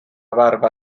barba